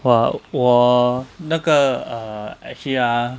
!wah! 我那个 err actually ah